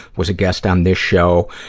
was a guest on this show.